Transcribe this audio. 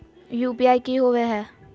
UPI की होवे हय?